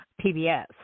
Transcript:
PBS